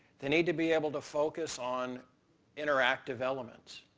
they need to be able to focus on interactive elements.